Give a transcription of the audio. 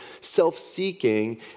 self-seeking